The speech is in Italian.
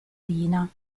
lina